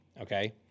okay